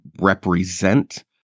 represent